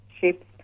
ships